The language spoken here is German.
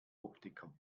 optiker